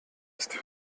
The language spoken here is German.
ist